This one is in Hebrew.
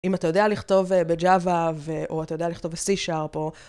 אם אתה יודע לכתוב ב-Java, או אתה יודע לכתוב ב-#C, או.